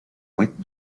buit